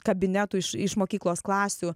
kabinetų iš iš mokyklos klasių